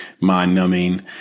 mind-numbing